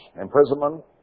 imprisonment